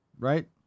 Right